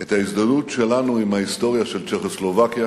את ההזדהות שלנו עם ההיסטוריה של צ'כוסלובקיה